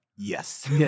Yes